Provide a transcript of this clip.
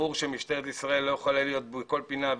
ברור שמשטרת ישראל לא יכולה להיות בכל פינה,